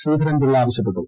ശ്രീധരൻ പിളള ആവശ്യപ്പെട്ടു